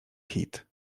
hit